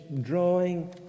drawing